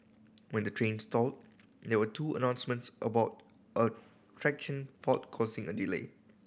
when the train stalled there were two announcements about a traction fault causing a delay